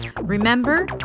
Remember